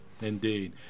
Indeed